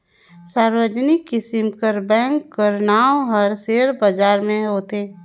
सार्वजनिक किसिम कर बेंक कर नांव हर सेयर बजार में होथे